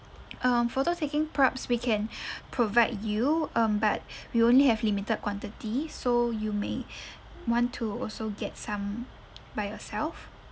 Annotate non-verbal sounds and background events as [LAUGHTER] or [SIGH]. um photo taking props we can [BREATH] provide you um but [BREATH] we only have limited quantity so you may [BREATH] want to also get some by yourself